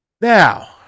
Now